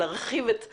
שלהרחיב את הטעות,